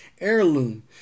heirloom